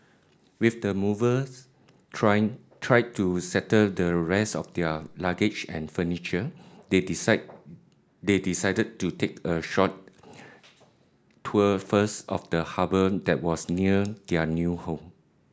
with the movers trying try to settle the rest of their luggage and furniture they decide they decided to take a short tour first of the harbour that was near their new home